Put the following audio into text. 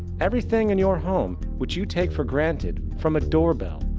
everything in your home, which you take for granted, from a doorbell,